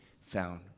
found